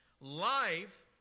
life